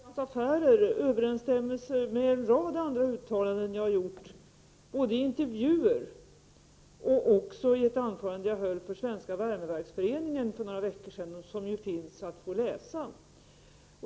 Fru talman! Det uttalande som jag har gjort i Veckans Affärer överensstämmer med en rad andra uttalanden som jag har gjort både i intervjuer och i ett anförande som jag höll inför Svenska värmeverksföreningen för några veckor sedan. Det kan man få läsa.